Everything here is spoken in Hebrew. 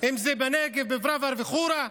אם זה בנגב, פראוור, בחורה,